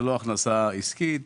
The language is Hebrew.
זו לא הכנסה עסקית.